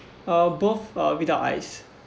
uh both uh without ice